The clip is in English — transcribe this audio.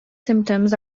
symptoms